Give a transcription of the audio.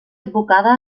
advocada